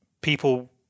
people